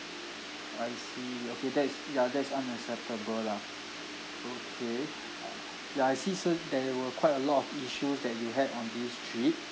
I see okay that is ya that's unacceptable lah okay ya I see cer~ there were quite a lot of issues that you had on this trip